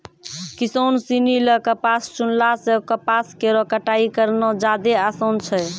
किसान सिनी ल कपास चुनला सें कपास केरो कटाई करना जादे आसान छै